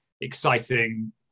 exciting